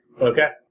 Okay